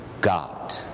God